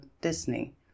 Disney